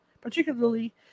particularly